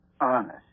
Honest